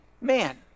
man